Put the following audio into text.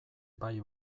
bai